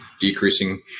decreasing